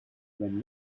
when